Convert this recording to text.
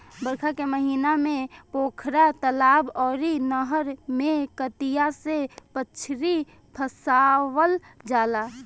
बरखा के महिना में पोखरा, तलाब अउरी नहर में कटिया से मछरी फसावल जाला